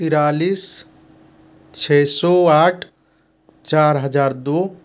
तिरालीस छः सौ आठ चार हज़ार दो